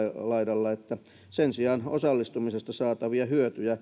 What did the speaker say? laidalla että sen sijaan osallistumisesta saatavia hyötyjä